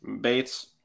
Bates